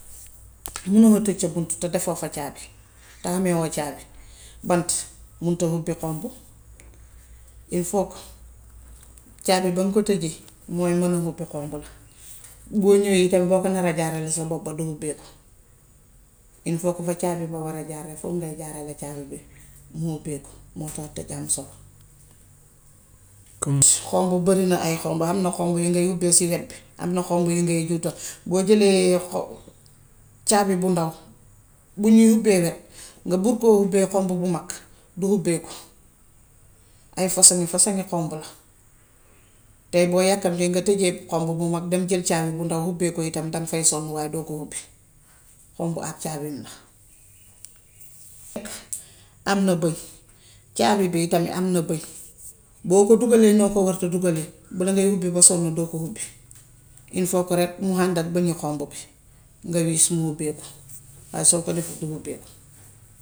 Munoo tëj sa bunt te defoo fa caabi, te hamewoo caabi. Bant munta hubbi xomb il faut que caabi baŋ ko tëjee mooy man a hubbi xomb la. Boo ñówee hitam boo ko naree jaarele sa bob ba du hubbeeku. Il faut que fa caabi ba war a jaar rekk foofu ngay jaarale caabi bi, mu ubbeeku. Moo tax tëj ham solo. Xomb barina ay xomb. Am na xomb yi ngay hubbee si wet bi, am xomb yi ngay juutal. Boo jëlee caabi bu ndaw bi ñuy hubbee wet, nga bugg koo hubbee xomb bu mag du hubbeeku; ay fosoŋi fasoŋi xomb la. Tay boo yàkkamtee nga tëjee xomb bu mag dem jël caabi bu ndaw dem hubbee ko yitam, daŋ fay sonnu waaye doo ko hubbi. Xomb ak caabeem la. Am na bëñ. Caabi bii tam am na bëñ. Boo ko dugalee noo ko warta dugalee dangay hubbi ba sonn doo ko hubbi. Il faut que rekk mu hànd ak bëñ bu xonq bi, nga wiis mu hubbeeku. Waaye soo ko defut du hubbeeku.